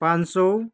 पाँच सय